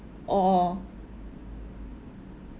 or